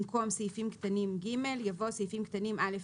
במקום "סעיפים קטנים (ג)" יבוא "סעיפים קטנים (א)